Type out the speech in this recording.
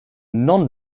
non